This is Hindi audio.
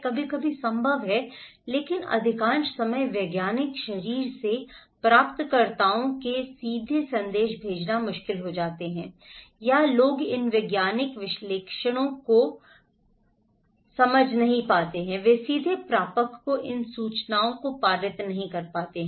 कभी कभी संभव है लेकिन अधिकांश समय वैज्ञानिक शरीर से प्राप्तकर्ताओं को सीधे संदेश भेजना मुश्किल होता है या जो लोग इन वैज्ञानिक विश्लेषणों को कर रहे हैं वे सीधे प्रापक को इन सूचनाओं को पारित नहीं कर सकते हैं